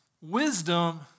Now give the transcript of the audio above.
wisdom